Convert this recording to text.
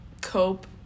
cope